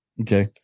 Okay